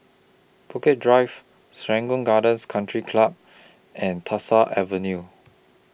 Bukit Drive Serangoon Gardens Country Club and Tyersall Avenue